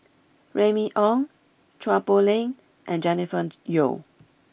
Remy Ong Chua Poh Leng and Jennifer Yeo